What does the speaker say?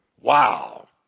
Wow